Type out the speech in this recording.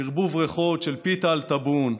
ערבוב ריחות של פיתה על טאבון,